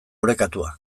orekatua